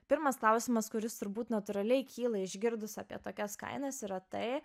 pirmas klausimas kuris turbūt natūraliai kyla išgirdus apie tokias kainas yra tai